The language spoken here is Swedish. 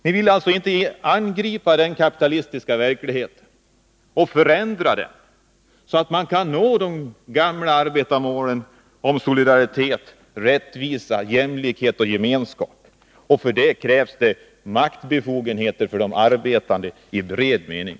Ni vill alltså inte angripa den kapitalistiska verkligheten och förändra den, så att man kan nå de gamla arbetarmålen om solidaritet, rättvisa, jämlikhet och gemenskap. För det krävs det maktbefogenheter för de arbetande i bred mening.